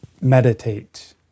Meditate